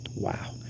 wow